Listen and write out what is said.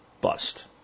bust